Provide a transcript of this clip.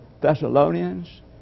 Thessalonians